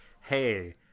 hey